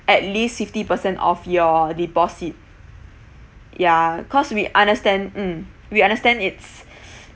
at least fifty percent of your deposit ya cause we understand mm we understand it's